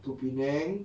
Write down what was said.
to penang